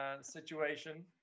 situation